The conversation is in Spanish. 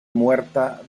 muerta